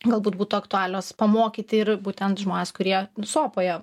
galbūt būtų aktualios pamokyti ir būtent žmones kurie sopoje